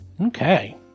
Okay